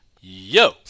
yo